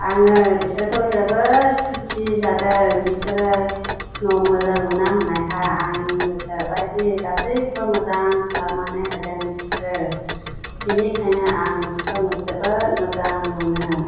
आङो बिसोरखौ जोबोद खुसि जादों बिसोरो न' मोजां लुना होनायखाय आं गोसो बायदि गासैखौबो मोजां खालामनानै होदों बिसोरो बेनिखायनो आं बिसोरखौ जोबोद मोजां मोनो